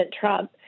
Trump